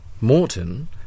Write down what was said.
Morton